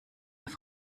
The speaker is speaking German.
mehr